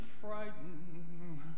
frightened